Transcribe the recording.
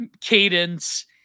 cadence